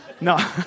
No